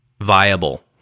viable